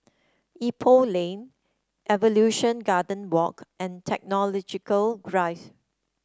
Ipoh Lane Evolution Garden Walk and Technological Drive